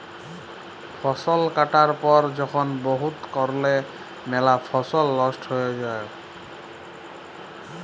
ফসল কাটার পর যখল বহুত কারলে ম্যালা ফসল লস্ট হঁয়ে যায়